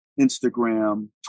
Instagram